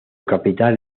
capital